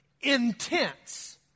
intense